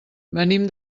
venim